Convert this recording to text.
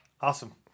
Awesome